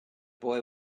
boy